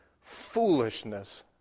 foolishness